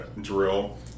drill